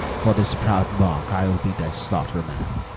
for this proud mock i'll be thy slaughterman,